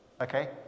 Okay